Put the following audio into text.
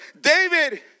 David